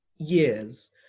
years